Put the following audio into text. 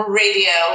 radio